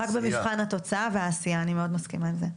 במבחן התוצאה והעשייה, אני מאוד מסכימה איתך.